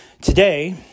today